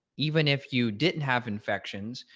even if you didn't have infections,